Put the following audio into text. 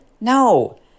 No